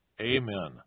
Amen